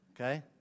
Okay